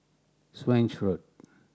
Swanage Road